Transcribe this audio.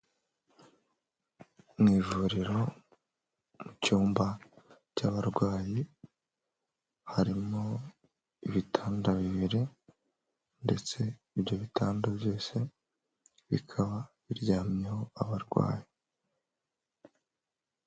Mu ivuriro mu cyumba cy'abarwayi, harimo ibitanda bibiri ndetse ibyo bitada byose bikaba biryamyeho abarwayi.